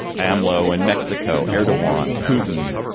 amlo and mexico air to warn putin.